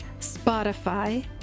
Spotify